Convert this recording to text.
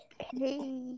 Hey